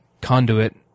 conduit